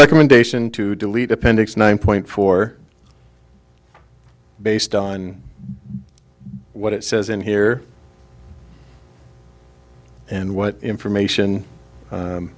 recommendation to delete appendix nine point four based on what it says in here and what information